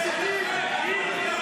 הרמטכ"ל דיבר.